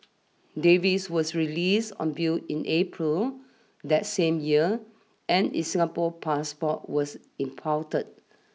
Davies was released on bail in April that same year and is Singapore passport was impounded